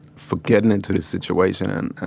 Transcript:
for getting into this situation and